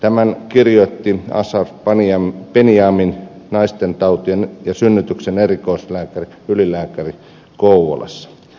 tämän kirjoitti ashraf benyamin naistentautien ja synnytyksen erikoislääkäri ylilääkäri kouvolassa